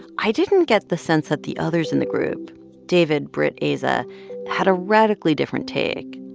i didn't get the sense that the others in the group david, britt, aza had a radically different take.